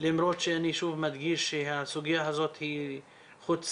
למרות שאני שוב מדגיש שהסוגיה הזאת היא חוצה